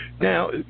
Now